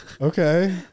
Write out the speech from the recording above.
Okay